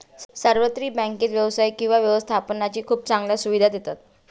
सार्वत्रिक बँकेत व्यवसाय किंवा व्यवस्थापनासाठी खूप चांगल्या सुविधा देतात